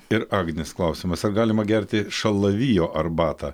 ir agnės klausiamas ar galima gerti šalavijo arbatą